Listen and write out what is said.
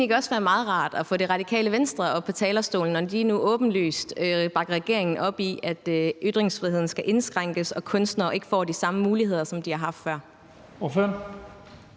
egentlig ikke også være meget rart at få Det Radikale Venstre op på talerstolen, når de nu åbenlyst bakker regeringen op i, at ytringsfriheden skal indskrænkes og kunstnere ikke får de samme muligheder, som de har haft før?